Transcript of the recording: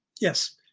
Yes